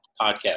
podcast